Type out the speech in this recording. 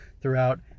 throughout